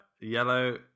yellow